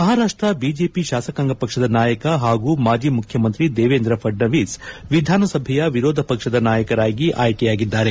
ಮಹಾರಾಪ್ಷ BJP ಶಾಸಕಾಂಗ ಪಕ್ಷದ ನಾಯಕ ಹಾಗೂ ಮಾಜಿ ಮುಖ್ಯಮಂತ್ರಿ ದೇವೇಂದ್ರ ಫಡ್ನವೀಸ್ ವಿಧಾನಸಭೆಯ ವಿರೋಧ ಪಕ್ಷದ ನಾಯಕರಾಗಿ ಆಯ್ಕೆಯಾಗಿದ್ದಾರೆ